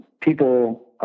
people